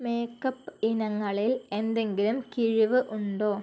makeup ഇനങ്ങളിൽ എന്തെങ്കിലും കിഴിവ് ഉണ്ടോ